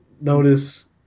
notice